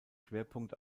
schwerpunkt